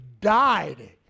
died